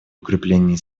укреплении